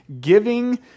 giving